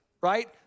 right